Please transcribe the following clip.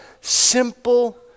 simple